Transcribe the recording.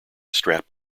strap